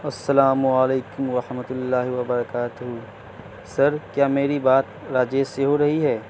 السلام علیکم رحمتہ اللہ وبرکاتہ سر کیا میری بات راجیش سے ہو رہی ہے